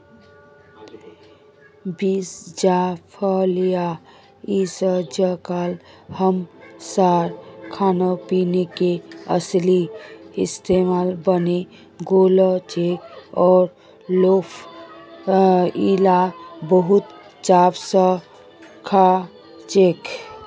beans या फलियां अइजकाल हमसार खानपीनेर असली हिस्सा बने गेलछेक और लोक इला बहुत चाव स खाछेक